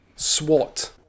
SWAT